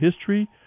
history